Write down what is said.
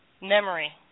memory